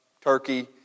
turkey